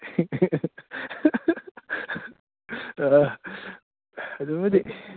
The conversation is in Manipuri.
ꯑꯥ ꯑꯗꯨꯕꯨꯗꯤ